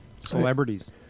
Celebrities